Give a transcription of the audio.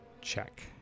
check